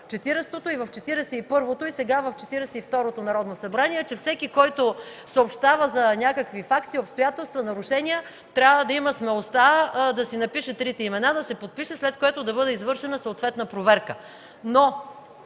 първото, и сега в Четиридесет и второто Народно събрание, че всеки, който съобщава за някакви факти, обстоятелства, нарушения, трябва да има смелостта да си напише трите имена, да се подпише, след което да бъде извършена съответна проверка.